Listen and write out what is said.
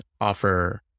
offer